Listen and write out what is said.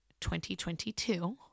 2022